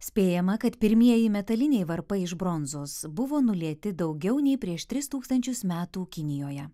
spėjama kad pirmieji metaliniai varpai iš bronzos buvo nulieti daugiau nei prieš tris tūkstančius metų kinijoje